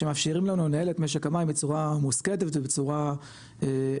שמאפשרים לנו לנהל את משק המים בצורה מושכלת ובצורה כוללנית.